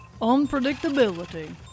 Unpredictability